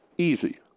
easy